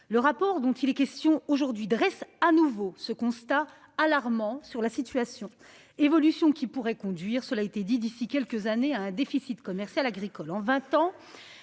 Le rapport dont il est question aujourd'hui dresse à nouveau ce constat alarmant sur la situation, évolution qui pourrait conduire cela été dit d'ici quelques années à un déficit commercial agricole en 20 ans,